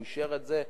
הוא אישר את זה,